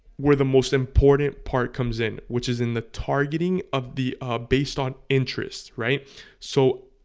where the most important part comes in which is in the targeting of the based on interest right so?